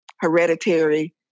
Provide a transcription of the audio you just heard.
hereditary